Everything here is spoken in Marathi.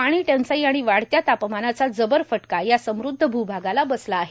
पाणी टंचाई आ ण वाढ या तापमानाचा जबर फटका या समृ ध भूभागाला बसला आहे